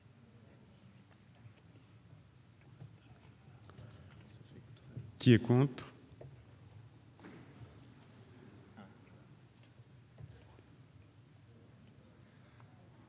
qui est contre